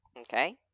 Okay